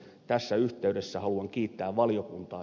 tässä yhteydessä haluan kiittää valiokuntaa